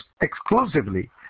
exclusively